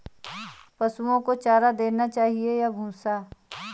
पशुओं को चारा देना चाहिए या भूसा?